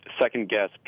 second-guess